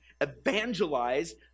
evangelize